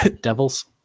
devils